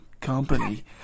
company